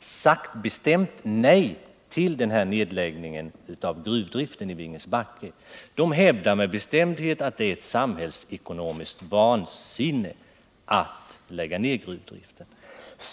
sagt bestämt nej till nedläggningen av gruvdriften i Vingesbacke. Facket hävdar med bestämdhet att det är ett samhällsekonomiskt vansinne att lägga ner den.